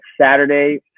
Saturday